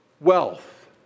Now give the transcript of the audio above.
wealth